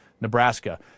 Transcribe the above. Nebraska